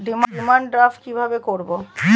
Demand draft কীভাবে করব?